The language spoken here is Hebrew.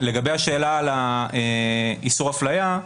לגבי השאלה על איסור אפליה,